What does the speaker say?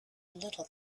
little